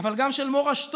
אבל גם של מורשתו,